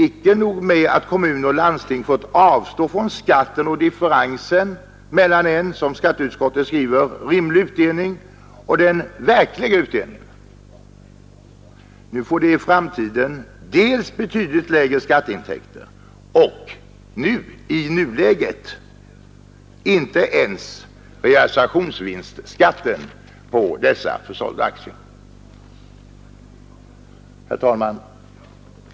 Icke nog med att kommun och landsting fått avstå från skatten på differensen mellan en rimlig utdelning och den verkliga utdelningen — de får i framtiden betydligt lägre skatteintäkter och i nuläget inte ens realisationsvinstskatten på de försålda aktierna. Herr talman!